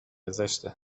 زشته